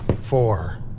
Four